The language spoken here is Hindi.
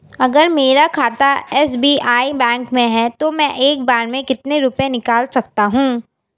अगर मेरा खाता एस.बी.आई बैंक में है तो मैं एक बार में कितने रुपए निकाल सकता हूँ?